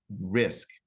risk